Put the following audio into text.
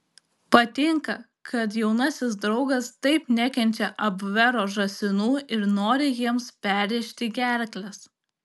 patinka kad jaunasis draugas taip nekenčia abvero žąsinų ir nori jiems perrėžti gerkles